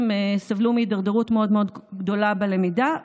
סבלו מהידרדרות מאוד מאוד גדולה בלמידה.